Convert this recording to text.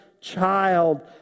Child